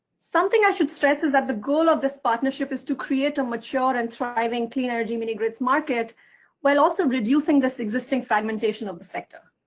something i should stress is that the goal of this partnership is to create a mature and thriving clean energy mini-grids market while also reducing the existing fragmentation of the sector.